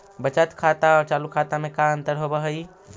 बचत खाता और चालु खाता में का अंतर होव हइ?